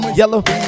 yellow